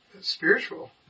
spiritual